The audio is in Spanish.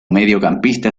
mediocampista